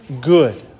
good